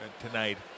tonight